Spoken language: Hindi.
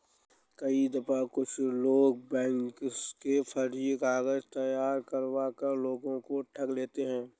कई दफा कुछ लोग बैंक के फर्जी कागज तैयार करवा कर लोगों को ठग लेते हैं